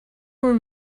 were